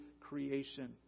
creation